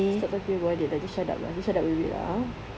stop talking about it just shut up lah just shut up with it ah